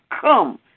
come